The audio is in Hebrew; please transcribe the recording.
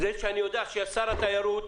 שאני יודע שיש שר התיירות,